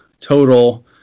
total